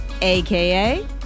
aka